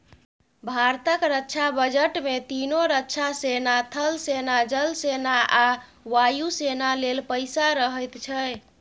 भारतक रक्षा बजट मे तीनों रक्षा सेना थल सेना, जल सेना आ वायु सेना लेल पैसा रहैत छै